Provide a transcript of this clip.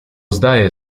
zdaje